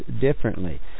differently